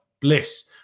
bliss